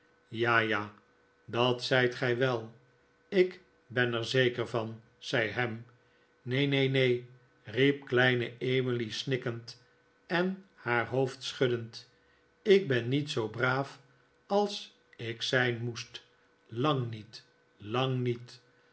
ja ja dat zijt gij wel ik ben er zeker van zei ham neen neen neen riep kleine emily r snikkend en haar hoofd schuddend ik ben niet zoo braaf als ik zijn moest lang niet lang niet